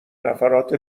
نفرات